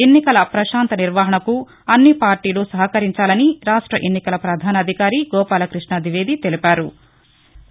ఎన్నికల ప్రశాంత నిర్వహణకు అన్ని పార్టీలు సహకరించాలని రాష్ట్ర ఎన్నికల పధాన అధికారి గోపాలకృష్ణ ద్వివేది తెలిపారు